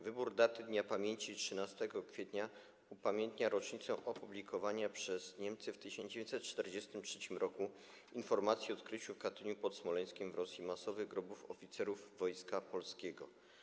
Wybór daty dnia pamięci, 13 kwietnia, upamiętnia rocznicę opublikowania przez Niemcy w 1943 r. informacji o odkryciu w Katyniu pod Smoleńskiem w Rosji masowych grobów oficerów Wojska Polskiego.